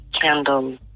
candle